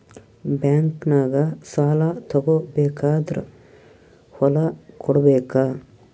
ಬ್ಯಾಂಕ್ನಾಗ ಸಾಲ ತಗೋ ಬೇಕಾದ್ರ್ ಹೊಲ ಕೊಡಬೇಕಾ?